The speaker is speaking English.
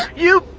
you.